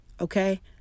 okay